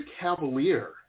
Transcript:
cavalier